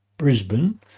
Brisbane